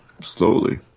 slowly